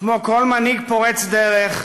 כמו כל מנהיג פורץ דרך,